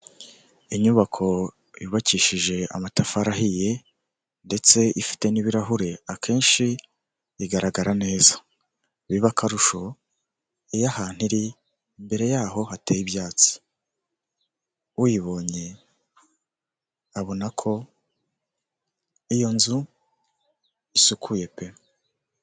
Inyubako yubakishije amatafari ahiye ndetse ifite n'ibirahure, akenshi igaragara neza, biba akarusho iyo ahantu iri imbere yaho hateye ibyatsi, uyibonye abona ko iyo nzu isukuye pe!